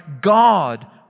God